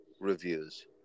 reviews